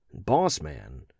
Bossman